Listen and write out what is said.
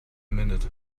minute